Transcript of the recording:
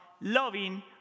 loving